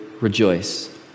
rejoice